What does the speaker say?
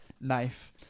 knife